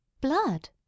Blood